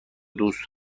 دوست